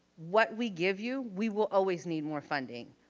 what we give you, we will always need more funding.